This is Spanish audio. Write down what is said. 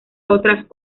otras